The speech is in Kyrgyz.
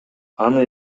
аны